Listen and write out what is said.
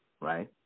right